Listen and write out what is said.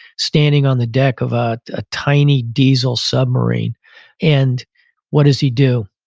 standing on the deck of ah a tiny diesel submarine and what does he do?